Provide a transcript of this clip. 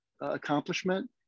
accomplishment